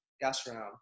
gastronome